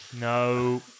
No